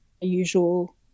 usual